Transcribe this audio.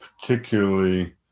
particularly